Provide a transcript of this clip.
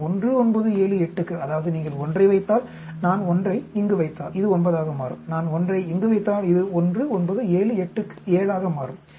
மற்றும் 1 9 7 8 க்கு அதாவது நீங்கள் 1 ஐ வைத்தால் நான் 1 ஐ இங்கு வைத்தால் இது 9 ஆக மாறும் நான் 1 ஐ இங்கு வைத்தால் இது 1 9 7 8 க்கு 7 ஆக மாறும்